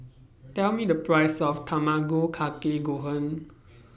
Tell Me The Price of Tamago Kake Gohan